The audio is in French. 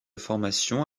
formation